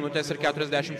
minutes ir keturiasdešimt